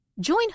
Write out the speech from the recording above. Join